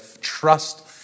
trust